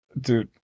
Dude